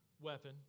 weapon